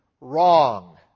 Wrong